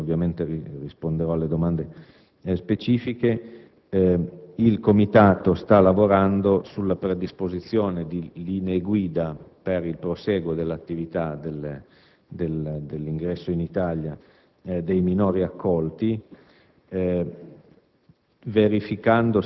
un minuto, e poi ovviamente risponderò alle domande specifiche), vorrei sottolineare che il Comitato sta lavorando alla predisposizione di linee guida per il prosieguo dell'attività e dell'ingresso in Italia dei minori accolti,